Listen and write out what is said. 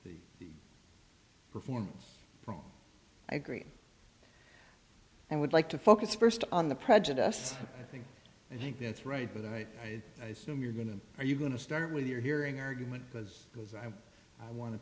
the performance from i agree i would like to focus first on the prejudiced i think i think that's right but i assume you're going to are you going to start with your hearing argument because because i want to